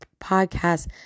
podcast